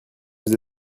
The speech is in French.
vous